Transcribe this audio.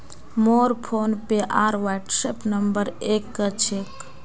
मोर फोनपे आर WhatsApp number एक क छेक